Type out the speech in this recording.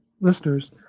listeners